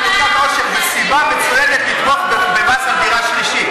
החקלאות שנמצאת בקריסה.